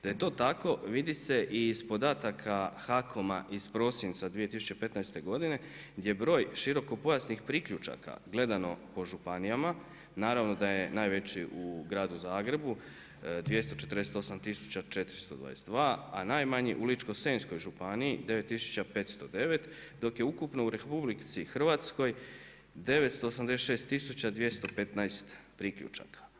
Da je to tako vidi se i iz podataka HAKOM-a iz prosinca 2015. godine gdje broj širokopojasnih priključaka gledano po županijama, naravno da je najveći u gradu Zagrebu 248422, a najmanji u Ličko-senjskoj županiji 9509, dok je ukupno u Republici Hrvatskoj 986215 priključaka.